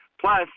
Plus